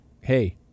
hey